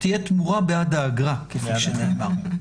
שתהיה תמורת בעד האגרה, כפי שנאמר.